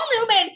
Newman